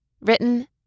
Written